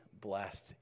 blessed